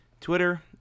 Twitter